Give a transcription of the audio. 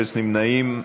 אפס נמנעים,